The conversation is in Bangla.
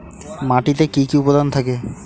মাটিতে কি কি উপাদান থাকে?